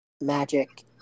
magic